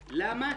למה?